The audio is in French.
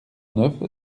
neuf